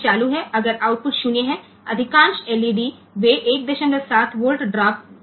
चालू है अगर आउटपुट 0 है अधिकांश एलईडी वे 17 वोल्ट ड्राप करेंगे